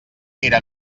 era